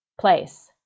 place